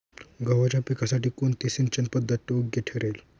गव्हाच्या पिकासाठी कोणती सिंचन पद्धत योग्य ठरेल?